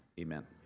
Amen